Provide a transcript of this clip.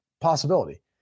possibility